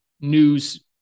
news